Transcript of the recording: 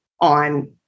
on